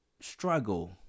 struggle